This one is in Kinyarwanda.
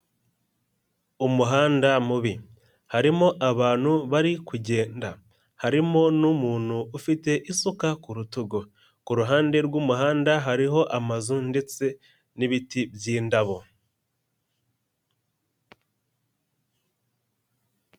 Umuhanda mubi. Harimo abantu bari kugenda. Harimo n'umuntu ufite isuka ku rutugu. Ku ruhande rw'umuhanda hariho amazu ndetse n'ibiti by'indabo.